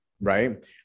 right